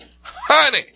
Honey